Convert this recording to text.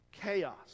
Chaos